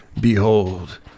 Behold